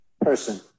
person